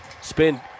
spin